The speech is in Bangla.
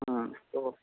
হুম তো